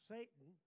Satan